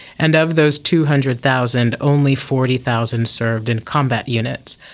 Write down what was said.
and of those two hundred thousand, only forty thousand served in combat units.